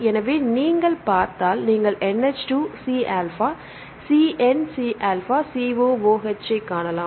எனவே நீங்கள் பார்த்தால் நீங்கள் NH2 Calpha C N Calpha COOH ஐக் காணலாம்